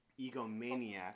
egomaniac